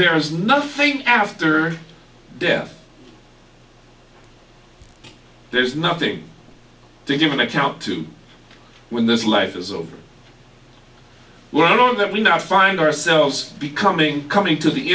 there is nothing after death there's nothing to give an account to when this life is over we're out on that we now find ourselves becoming coming to the